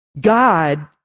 God